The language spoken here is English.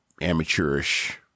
amateurish